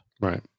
Right